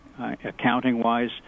accounting-wise